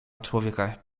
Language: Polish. człowieka